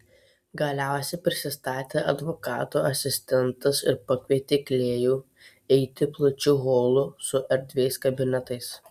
galiausiai prisistatė advokato asistentas ir pakvietė klėjų eiti plačiu holu su erdviais kabinetais